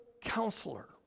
counselor